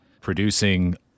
producing